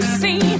see